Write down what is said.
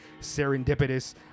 serendipitous